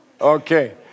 Okay